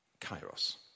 kairos